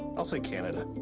i'll say canada.